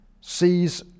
sees